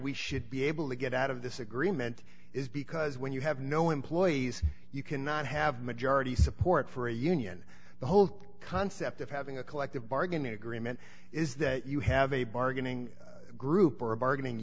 we should be able to get out of this agreement is because when you have no employees you cannot have majority support for a union the whole concept of having a collective bargaining agreement is that you have a bargaining group or a bargaining